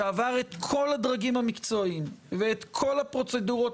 שעבר את כל הדרגים המקצועיים ואת כל הפרוצדורות